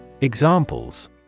Examples